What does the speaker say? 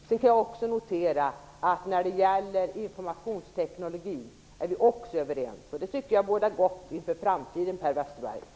Jag kan notera att vi är överens också när det gäller informationsteknologi, och det bådar gott inför framtiden, Per Westerberg.